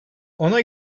ona